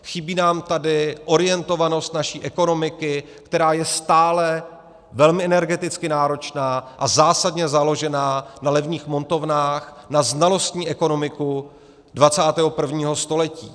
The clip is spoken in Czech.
Chybí nám tady orientovanost naší ekonomiky, která je stále velmi energeticky náročná a zásadně založená na levných montovnách, na znalostní ekonomiku 21. století.